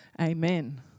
amen